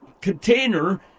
container